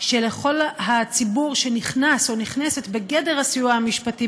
שלכל הציבור שנכנס או נכנסת בגדר הסיוע המשפטי,